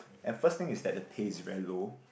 at first thing is that the pay is very low